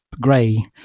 gray